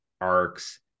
arcs